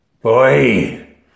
Boy